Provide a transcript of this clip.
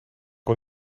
kon